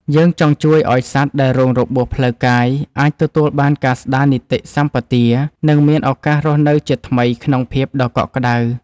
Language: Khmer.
យើងចង់ជួយឱ្យសត្វដែលរងរបួសផ្លូវកាយ អាចទទួលបានការស្ដារនីតិសម្បទា និងមានឱកាសរស់នៅជាថ្មីក្នុងភាពដ៏កក់ក្ដៅ។